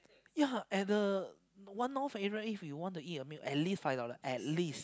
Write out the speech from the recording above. ya at the One-North area if you want to eat a meal at least five dollar at least